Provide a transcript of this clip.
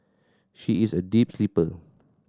she is a deep sleeper